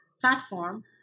platform